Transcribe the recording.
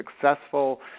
successful